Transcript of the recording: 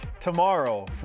tomorrow